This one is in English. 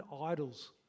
idols